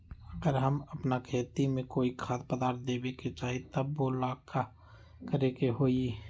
अगर हम अपना खेती में कोइ खाद्य पदार्थ देबे के चाही त वो ला का करे के होई?